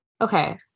Okay